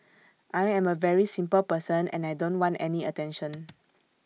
I am A very simple person and I don't want any attention